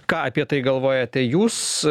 ką apie tai galvojate jūs